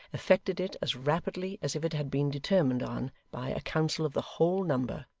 effected it as rapidly as if it had been determined on by a council of the whole number,